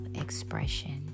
expression